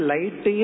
Light